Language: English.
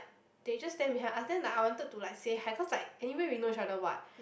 they just stand behind us then I wanted to like say hi cause like anyway we know each other what